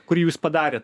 kurį jūs padarėt